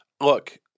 Look